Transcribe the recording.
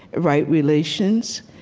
right relations.